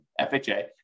FHA